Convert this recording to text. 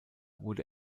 wurde